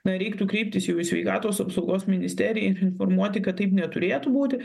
na reiktų kreiptis jau į sveikatos apsaugos ministeriją informuoti kad taip neturėtų būti